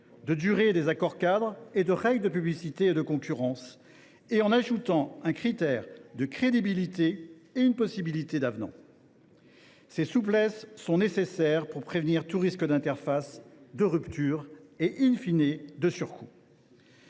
de durée des accords cadres et de règles de publicité et de concurrence, et en ajoutant un critère de crédibilité et une possibilité d’avenant. Ces souplesses sont nécessaires pour prévenir tout risque d’interface, de rupture et,, de surcoût.